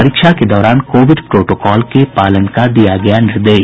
परीक्षा के दौरान कोविड प्रोटोकॉल के पालन का दिया गया निर्देश